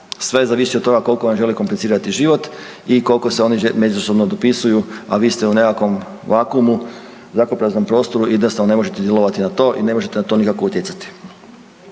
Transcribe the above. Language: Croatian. Sve zavisi od toga koliko vam žele komplicirati život i koliko se oni međusobno dopisuju, a vi ste u nekom vakumu, zrakopraznom prostoru i jednostavno ne možete djelovati na to i ne možete na to nikako utjecati.